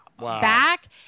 back